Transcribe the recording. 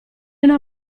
una